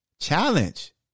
Challenge